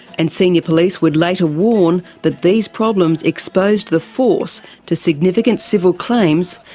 and senior police would later warn that these problems exposed the force to significant civil claims,